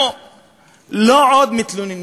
אנחנו לא עוד מתלוננים,